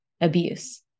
abuse